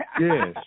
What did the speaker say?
Yes